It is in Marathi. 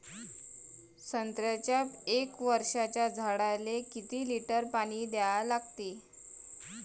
संत्र्याच्या एक वर्षाच्या झाडाले किती लिटर पाणी द्या लागते?